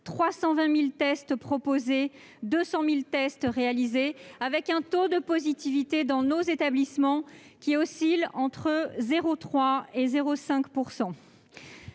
200 000 tests ont été réalisés, avec un taux de positivité dans nos établissements qui oscille entre 0,3 % et 0,5 %.